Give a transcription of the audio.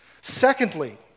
Secondly